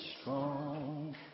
strong